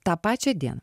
tą pačią dien